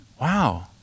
wow